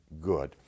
good